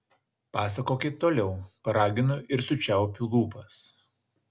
pasakokit toliau paraginu ir sučiaupiu lūpas